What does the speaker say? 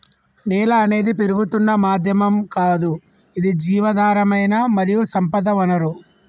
నేల అనేది పెరుగుతున్న మాధ్యమం గాదు ఇది జీవధారమైన మరియు సంపద వనరు